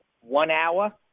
one-hour